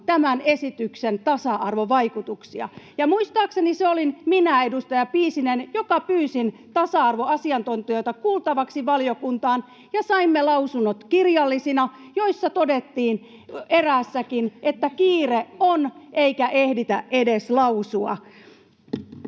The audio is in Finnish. tämän esityksen tasa-arvovaikutuksia. [Oikealta: Olihan!] Ja muistaakseni se olin minä, edustaja Piisinen, joka pyysin tasa-arvoasiantuntijoita kuultavaksi valiokuntaan, ja saimme kirjallisina lausunnot, joissa todettiin eräässäkin, että kiire on eikä ehditä edes lausua.